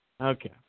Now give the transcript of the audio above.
Okay